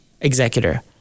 executor